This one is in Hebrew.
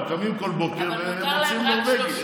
אנחנו קמים כל בוקר ומוצאים נורבגי.